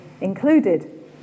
included